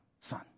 son